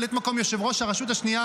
ממלאת מקום יושב-ראש הרשות השנייה,